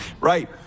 right